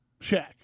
Shaq